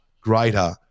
greater